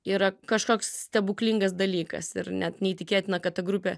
yra kažkoks stebuklingas dalykas ir net neįtikėtina kad ta grupė